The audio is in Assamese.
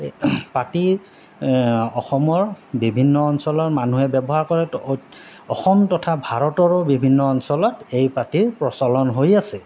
পাতিৰ অসমৰ বিভিন্ন অঞ্চলৰ মানুহে ব্যৱহাৰ কৰে অসম তথা ভাৰতৰো বিভিন্ন অঞ্চলত এই পাতিৰ প্ৰচলন হৈ আছে